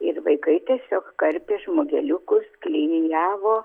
ir vaikai tiesiog karpė žmogeliukus klijavo